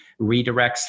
redirects